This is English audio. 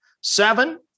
Seven